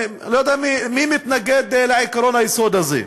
אני לא יודע מי מתנגד לעקרון היסוד הזה.